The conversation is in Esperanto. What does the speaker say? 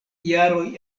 jaroj